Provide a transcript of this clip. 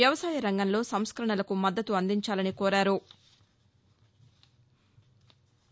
వ్యవసాయ రంగంలో సంస్కరణలకు మద్దతు అందించాలని కోరారు